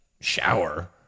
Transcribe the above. shower